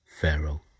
pharaoh